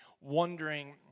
wondering